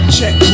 Check